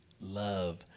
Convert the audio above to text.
love